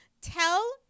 tell